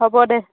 হ'ব দে